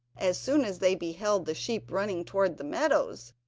as soon as they beheld the sheep running towards the meadows,